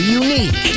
unique